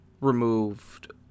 removed